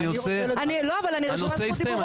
הנושא הסתיים,